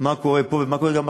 מה קורה פה ומה קורה גם בכנסת,